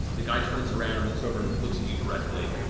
the guy turns around and looks over and looks at you directly,